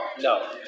No